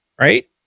right